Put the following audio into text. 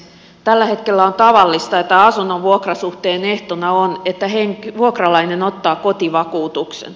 tällä hetkellä on tavallista että asunnon vuokrasuhteen ehtona on että vuokralainen ottaa kotivakuutuksen